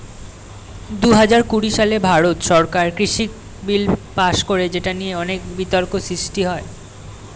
দুহাজার কুড়ি সালে ভারত সরকার কৃষক বিল পাস করে যেটা নিয়ে অনেক বিতর্ক সৃষ্টি হয়